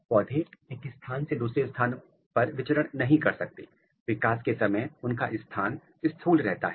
पौधे एक स्थान से दूसरे स्थान पर विचरण नहीं कर सकते विकास के समय उनका स्थान स्थूल रहता है